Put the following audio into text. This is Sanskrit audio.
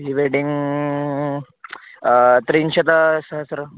प्रिवेदिङ्ग् त्रिंशत्सहस्रं